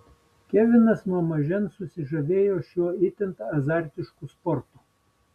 kevinas nuo mažens susižavėjo šiuo itin azartišku sportu